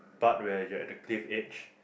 part where you are at the cliff edge